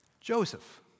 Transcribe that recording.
Joseph